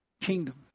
kingdom